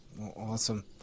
Awesome